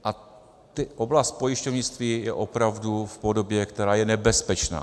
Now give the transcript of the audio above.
A oblast pojišťovnictví je opravdu v podobě, která je nebezpečná.